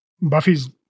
Buffy's